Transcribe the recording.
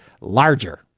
larger